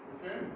Okay